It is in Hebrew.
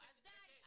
אז די,